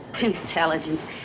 intelligence